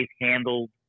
handled